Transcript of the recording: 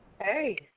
Hey